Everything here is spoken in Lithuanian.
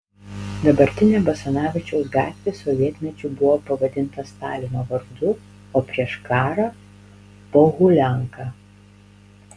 dabartinė basanavičiaus gatvė sovietmečiu buvo pavadinta stalino vardu o prieš karą pohulianka